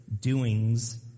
doings